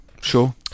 sure